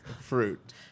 Fruit